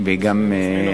ונזמין אותה,